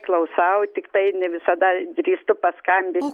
klausau tiktai ne visada drįstu paskambint